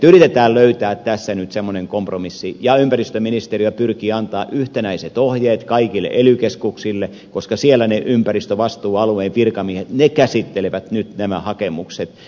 yritetään löytää tässä nyt semmoinen kompromissi ja ympäristöministeriö pyrkii antamaan yhtenäiset ohjeet kaikille ely keskuksille koska siellä ne ympäristövastuualueen virkamiehet käsittelevät nyt nämä hakemukset